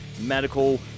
medical